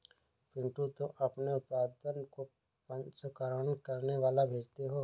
पिंटू तुम अपने उत्पादन को प्रसंस्करण करने कहां भेजते हो?